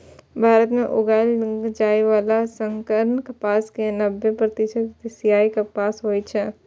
भारत मे उगाएल जाइ बला संकर कपास के नब्बे प्रतिशत एशियाई कपास होइ छै